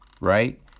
right